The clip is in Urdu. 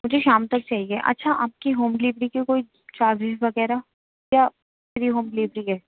مجھے شام تک چاہیے اچھا آپ کی ہوم ڈلیوری کے کوئی چارجز وغیرہ یا فری ہوم ڈلیوری ہے